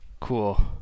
Cool